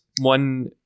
one